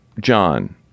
John